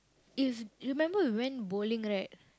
it's remember we went bowling right